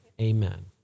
amen